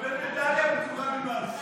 תקבל מדליה פטורה ממס.